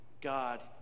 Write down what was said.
God